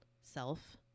self